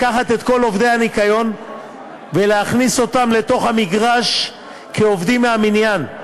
לקחת את כל עובדי הניקיון ולהכניס אותם לתוך המגרש כעובדים מהמניין.